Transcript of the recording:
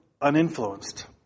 uninfluenced